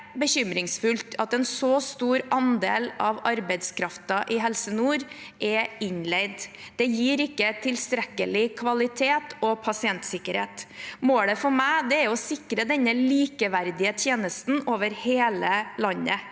Det er bekymringsfullt at en så stor andel av arbeidskraften i Helse Nord er innleid. Det gir ikke tilstrekkelig kvalitet og pasientsikkerhet. Målet for meg er å sikre denne likeverdige tjenesten over hele landet.